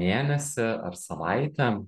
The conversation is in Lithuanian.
mėnesį ar savaitę